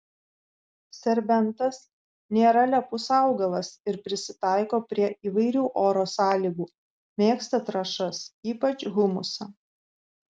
serbentas nėra lepus augalas ir prisitaiko prie įvairių oro sąlygų mėgsta trąšas ypač humusą